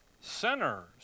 sinners